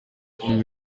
umva